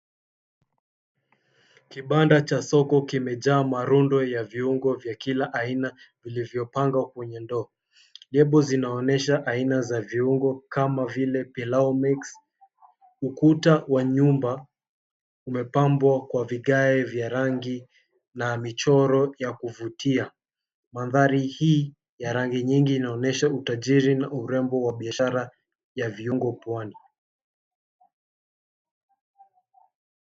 Kibanda cha soko kimejaa marundo ya viungo vya kila aina vilivyopangwa kwenye ndoo. Nembo zinaonesha aina za viungo kama vile pilau mix . Ukuta wa nyumba umepambwa kwa vigae vya rangi na michoro ya kuvutia. Mandhari hii ya rangi nyingi inaonyesha utajiri na urembo wa biashara ya viungo Pwani.